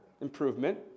improvement